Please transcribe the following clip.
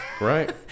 right